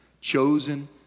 Chosen